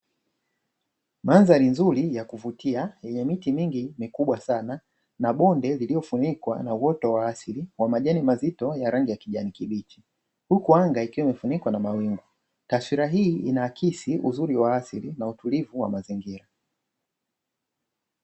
Mandhari nzuri ya kuvutia yenye miti mingi mikubwa sana na bonde lililofunikwa na uoto wa asili kwa majani mazito ya rangi ya kijani kibichi huku anga ikiwa imefunikwa na mawingu. Taswira hii inaakisi uzuri wa asili na utulivu wa mazingira